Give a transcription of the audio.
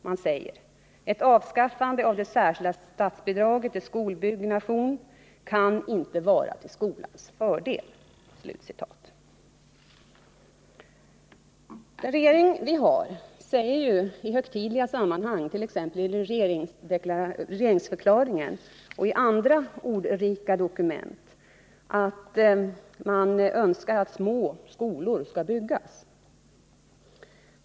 Den skriver: ”Ett avskaffande av det särskilda statsbidraget till skolbyggnation kan inte vara till skolans fördel.” Regeringen säger i högtidliga sammanhang, t.ex. i regeringsförklaringen och i andra ordrika dokument, att den önskar att små skolor skall byggas.